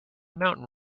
mountain